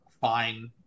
fine